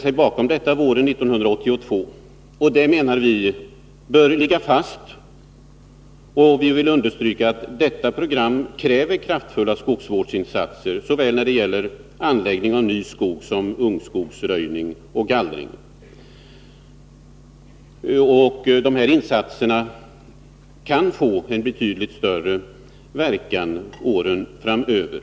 Vi menar att detta program bör ligga fast, och vi vill understryka att programet kräver kraftfulla skogsvårdsinsatser såväl när det gäller anläggning av ny skog som när det gäller ungskogsröjning och gallring. Dessa insatser kan få en betydligt större verkan under åren framöver.